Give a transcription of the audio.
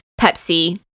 Pepsi